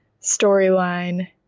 storyline